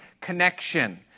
connection